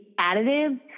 additive